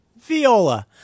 Viola